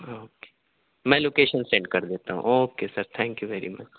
okay میں location send کردیتا ہوں okay sir thank you very much